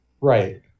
Right